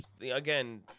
Again